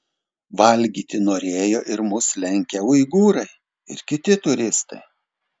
valgyti norėjo ir mus lenkę uigūrai ir kiti turistai